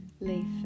leaf